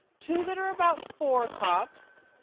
two that are about four cups,